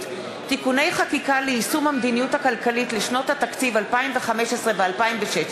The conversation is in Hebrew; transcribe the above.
(תיקוני חקיקה ליישום המדיניות הכלכלית לשנות התקציב 2015 ו-2016),